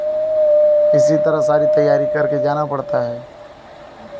इसी तरह सारी तैयारी करके जाना पड़ता है